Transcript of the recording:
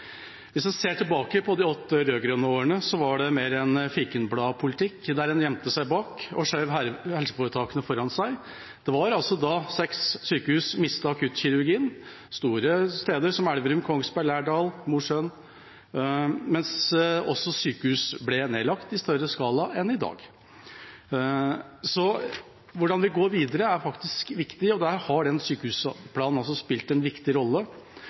Hvis en ser tilbake på de åtte rød-grønne årene, var det mer en fikenbladpolitikk der en gjemte seg bak og skjøv helseforetakene foran seg. Det var da seks sykehus mistet akuttkirurgien – store steder som Elverum, Kongsberg, Lærdal, Mosjøen, og sykehus ble også nedlagt i større skala enn i dag. Så hvordan vi går videre, er faktisk viktig, og der har sykehusplanen spilt en viktig rolle,